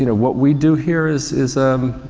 you know what we do here is, is, um,